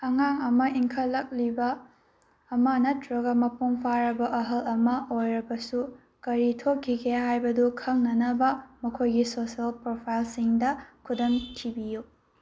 ꯑꯉꯥꯡ ꯑꯃ ꯏꯟꯈꯠꯂꯛꯂꯤꯕ ꯑꯃ ꯅꯠꯇ꯭ꯔꯒ ꯃꯄꯨꯡ ꯐꯥꯔꯕ ꯑꯍꯜ ꯑꯃ ꯑꯣꯏꯔꯕꯁꯨ ꯀꯔꯤ ꯊꯣꯛꯈꯤꯒꯦ ꯍꯥꯏꯕꯗꯨ ꯈꯪꯅꯅꯕ ꯃꯈꯣꯏꯒꯤ ꯁꯣꯁꯦꯜ ꯄ꯭ꯔꯣꯐꯥꯏꯜꯁꯤꯡꯗ ꯈꯨꯗꯝ ꯊꯤꯕꯤꯌꯨ